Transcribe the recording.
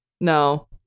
No